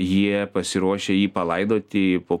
jie pasiruošę jį palaidoti po